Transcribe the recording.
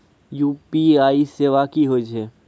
UPI सेवा की होय छै?